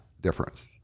difference